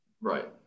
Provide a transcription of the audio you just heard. right